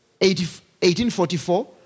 1844